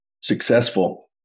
Successful